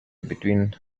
between